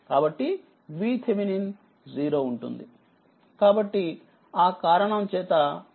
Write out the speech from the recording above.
కాబట్టిVTh 0 ఉంటుంది కాబట్టి ఆ కారణం చేతVTh 0 అవుతుంది